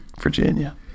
Virginia